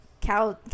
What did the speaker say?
Cow